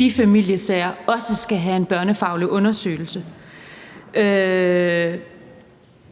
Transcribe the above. de familiesager også skal have en børnefaglig undersøgelse.